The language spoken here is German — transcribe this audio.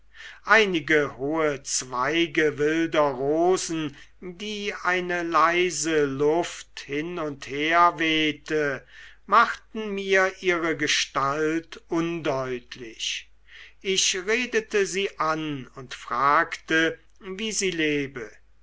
einige hohe zweige wilder rosen die eine leise luft hin und her wehte machten mir ihre gestalt undeutlich ich redete sie an und fragte wie sie lebe